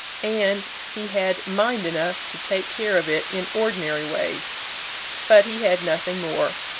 and he had mind enough to take care of it in ordinary ways but he had nothing more.